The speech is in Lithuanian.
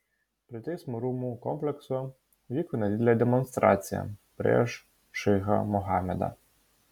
prie teismo rūmų komplekso vyko nedidelė demonstracija prieš šeichą mohamedą